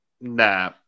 nah